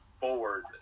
forward